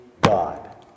God